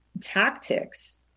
tactics